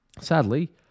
sadly